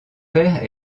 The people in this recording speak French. père